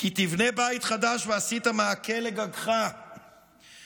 "כי תבנה בית חדש ועשית מעקה לגגך ולא